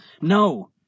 No